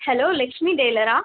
hello Lakshmi டெய்லரா